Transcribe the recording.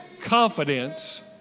confidence